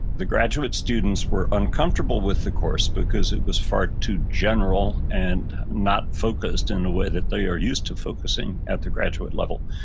the graduate students were uncomfortable with the course because it was far too general and not focused in a way that they are used to focusing at the graduate level,